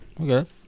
Okay